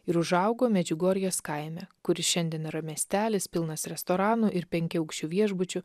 ir užaugo medžiugorjės kaime kuris šiandien yra miestelis pilnas restoranų ir penkiaaukščių viešbučių